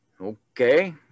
Okay